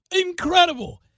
incredible